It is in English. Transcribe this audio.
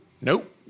Nope